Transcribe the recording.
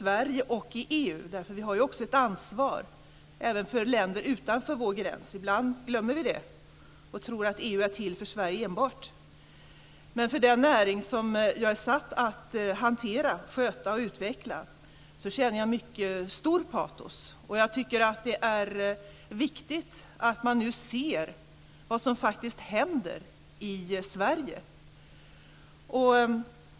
Vi har också ett ansvar även för länder utanför vår gräns. Ibland glömmer vi det och tror att EU är till enbart för Sverige. Men för den näring som jag är satt att hantera, sköta och utveckla känner jag ett mycket stort patos. Jag tycker att det är viktigt att man nu ser vad som faktiskt händer i Sverige.